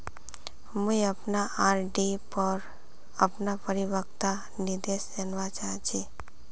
मुई अपना आर.डी पोर अपना परिपक्वता निर्देश जानवा चहची